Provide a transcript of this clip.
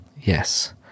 Yes